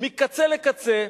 מקצה לקצה,